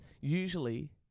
usually